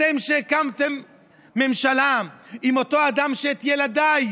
אתם, שהקמתם ממשלה עם אותו אדם שאת ילדיי